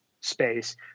space